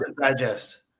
Digest